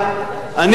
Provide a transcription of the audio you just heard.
לא.